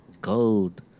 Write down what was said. Gold